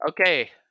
Okay